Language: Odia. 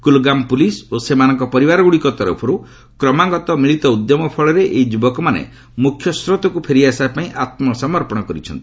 କୁଲ୍ଗାମ୍ ପୁଲିସ୍ ଓ ସେମାନଙ୍କ ପରିବାରଗୁଡ଼ିକ ତରଫରୁ କ୍ରମାଗତ ମିଳିତ ଉଦ୍ୟମ ଫଳରେ ଏହି ଯୁବକମାନେ ମୁଖ୍ୟସ୍ରୋତକୁ ଫେରିଆସିବାପାଇଁ ଆତ୍ମସମର୍ପଣ କରିଛନ୍ତି